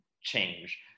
change